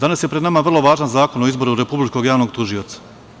Danas je pred nama vrlo važan zakon o izboru Republičkog javnog tužioca.